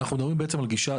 אנחנו מדברים בעצם על גישה,